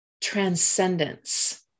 transcendence